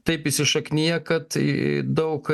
taip įsišakniję kad į daug